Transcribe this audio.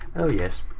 oh yes.